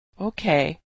Okay